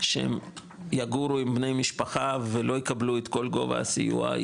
שהם יגורו עם בני משפחה ולא יקבלו את כל גובה הסיוע,